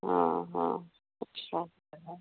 हाँ हाँ अच्छा तो है